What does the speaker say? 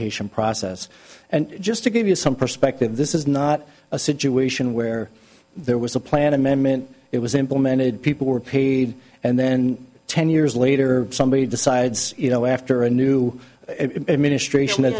implementation process and just to give you some perspective this is not a situation where there was a plan amendment it was implemented people were paid and then ten years later somebody decides you know after a new administration at